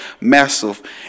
massive